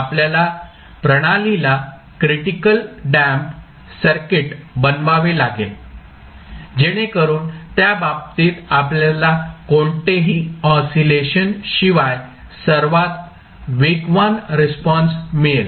आपल्याला प्रणालीला critical damped circuit बनवावे लागेल जेणेकरून त्या बाबतीत आपल्याला कोणतेही ऑसिलेशन शिवाय सर्वात वेगवान रिस्पॉन्स मिळेल